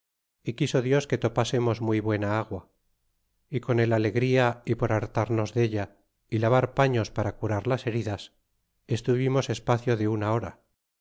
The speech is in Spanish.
y quiso dios que topasemos muy buena agua y con el alegría y por hartarnos della y lavar paños para curar las heridas estuvimos espacio de una hora